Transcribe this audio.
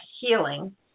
healing